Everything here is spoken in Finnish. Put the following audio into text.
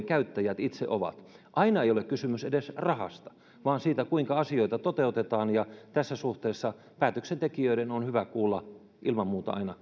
käyttäjät itse ovat aina ei ole kysymys edes rahasta vaan siitä kuinka asioita toteutetaan ja tässä suhteessa päätöksentekijöiden on ilman muuta aina